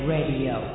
Radio